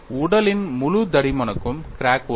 உடலின் முழு தடிமனுக்கும் கிராக் உள்ளது